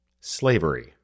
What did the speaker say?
Slavery